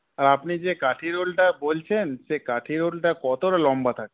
আর আপনি যে কাঠি রোলটা বলছেন সেই কাঠিরোলটা কতটা লম্বা থাকে